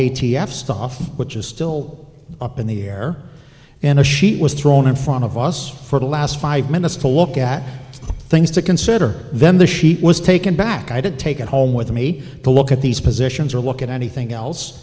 f stuff which is still up in the air and a sheet was thrown in front of us for the last five minutes to look at things to consider then the sheet was taken back i didn't take it home with me to look at these positions or look at anything else